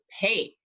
pay